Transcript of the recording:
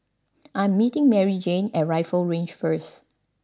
I'm meeting Maryjane at Rifle Range first